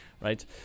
Right